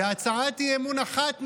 והצעת אי-אמון אחת נעלמה.